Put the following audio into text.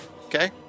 Okay